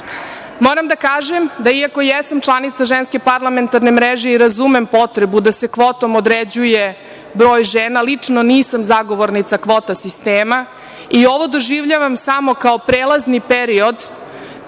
pola. Moram da kažem da i ako jesam članica Ženske parlamentarne mreže i razumem potrebu da se kvotom određuje broj žena, lično nisam zagovornica kvota sistema i ovo doživljavam samo kao prelazni period